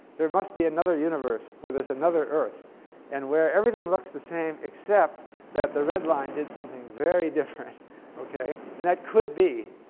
there must be another universe where there's another earth and where everything looks the same except that the red line did something very different and that could be.